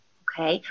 okay